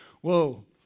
whoa